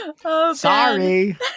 Sorry